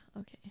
okay